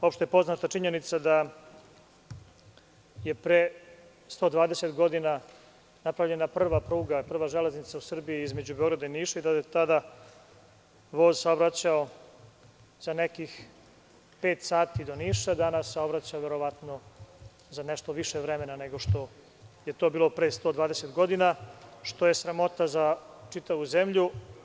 Opšte poznata činjenica da je pre 120 godina napravljena prva pruga, prva železnica u Srbiji između Beograda i Niša i da je tada voz saobraćao sa nekih pet sati do Niša, a sada verovatno saobraća za nešto više vremena nego što je to bilo pre 120, što je sramota za čitavu zemlju.